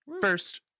first